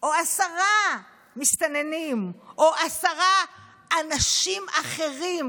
או עשרה מסתננים או עשרה "אנשים אחרים",